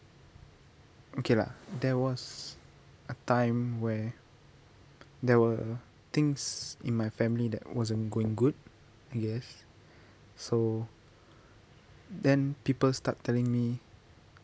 okay lah there was a time where there were things in my family that wasn't going good I guess so then people start telling me